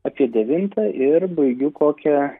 apie devintą ir baigiu kokią